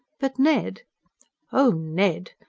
but ned oh, ned!